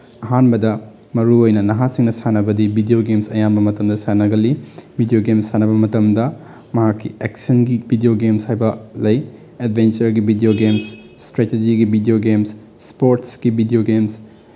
ꯑꯍꯥꯟꯕꯗ ꯃꯔꯨꯑꯣꯏꯅ ꯅꯍꯥꯁꯤꯡꯅ ꯁꯥꯟꯅꯕꯗꯤ ꯕꯤꯗꯤꯑꯣ ꯒꯦꯝꯁ ꯑꯌꯥꯝꯕ ꯃꯇꯝꯗ ꯁꯥꯟꯅꯒꯜꯂꯤ ꯕꯤꯗꯤꯑꯣ ꯒꯦꯝꯁ ꯁꯥꯟꯅꯕ ꯃꯇꯝꯗ ꯃꯍꯥꯛꯀꯤ ꯑꯦꯛꯁꯟꯒꯤ ꯕꯤꯗꯤꯑꯣ ꯒꯦꯝꯁ ꯍꯥꯏꯕ ꯂꯩ ꯑꯦꯠꯚꯦꯟꯆꯔꯒꯤ ꯕꯤꯗꯤꯑꯣ ꯒꯦꯝꯁ ꯏꯁꯇ꯭ꯔꯦꯇꯤꯖꯤꯒꯤ ꯕꯤꯗꯤꯑꯣ ꯒꯦꯝꯁ ꯏꯁꯄꯣꯔꯠꯁꯀꯤ ꯕꯤꯗꯤꯑꯣ ꯒꯦꯝꯁ